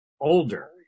older